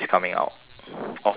of my bladder